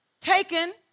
taken